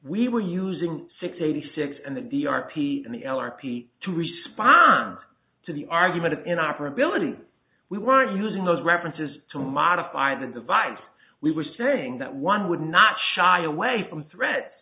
we were using six eighty six and the d r p and the l r p to respond to the argument in operability we were using those references to modify the device we were saying that one would not shy away from threats